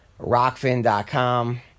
rockfin.com